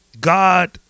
God